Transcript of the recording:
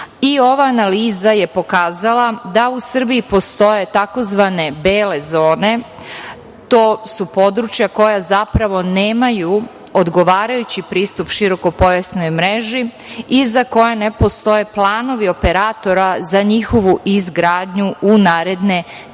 i ova analiza je pokazala da u Srbiji postoje tzv. bele zone. To su područja koja zapravo nemaju odgovarajući pristup širokopojasnoj mreži i za koje ne postoje planovi operatora za njihovu izgradnju u naredne